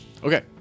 Okay